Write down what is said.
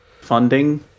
funding